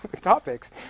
topics